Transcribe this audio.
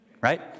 Right